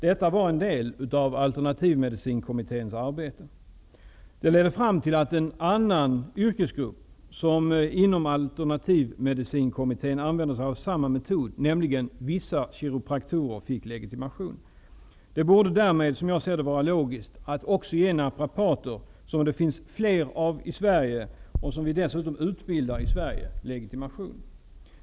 Detta var en del av alternativmedicinkommitténs arbete. Det här ledde fram till att en annan yrkesgrupp inom alternativmedicinen som använder sig av samma metod, nämligen vissa kiropraktorer, fick legitimation. Det borde därmed, som jag ser det, vara logiskt att också ge naprapater, som det finns fler av i Sverige och som dessutom utbildas i Sverige, legitimation.